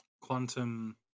Quantum